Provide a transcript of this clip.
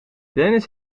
dennis